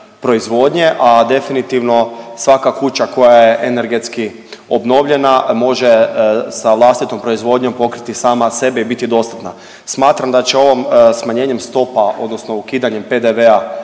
a definitivno svaka kuća koja je energetski obnovljena može sa vlastitom proizvodnjom pokriti sama sebe i biti dostatna. Smatram da će ovim smanjenjem stopa odnosno ukidanjem PDV-a